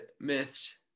myths